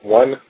one